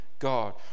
God